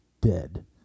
dead